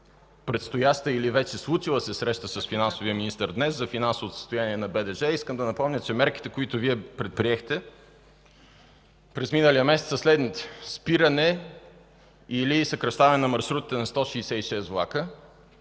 предстояща, или вече случила се среща с финансовия министър днес, за финансовото състояние на БДЖ. Искам да напомня, че мерките, които Вие предприехте през миналия месец, са следните: спиране или съкращаване на маршрута на 166 влака;